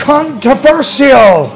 Controversial